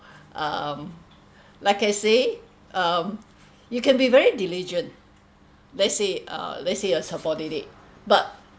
um like I say um you can be very diligent let's say uh let's say a subordinate but